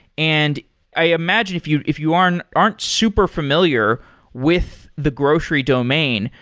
and i imagine if you if you aren't aren't super familiar with the grocery domain,